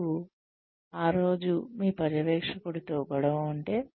మీకు ఆ రోజు మీ పర్యవేక్షకుడితో గొడవ ఉంటే